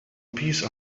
peace